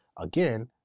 again